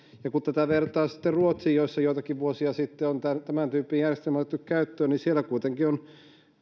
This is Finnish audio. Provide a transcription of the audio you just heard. ja kun tätä vertaa sitten ruotsiin jossa joitakin vuosia sitten on tämän tyyppinen järjestelmä otettu käyttöön niin siellä kuitenkin on